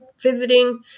visiting